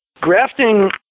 Grafting